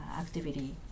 activity